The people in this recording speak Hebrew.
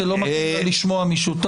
כי לא מתאים לה לשמוע מישהו.